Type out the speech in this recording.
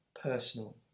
personal